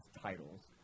titles